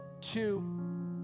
two